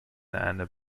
and